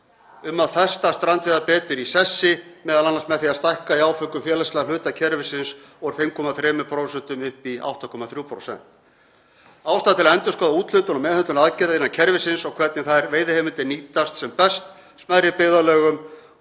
um að festa strandveiðar betur í sessi, m.a. með því að stækka í áföngum félagslegan hluta kerfisins úr 5,3% upp í 8,3%. Ástæða er til að endurskoða úthlutun og meðhöndlun aðgerða innan kerfisins og hvernig þær veiðiheimildir nýtast sem best smærri byggðarlögum